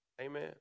Amen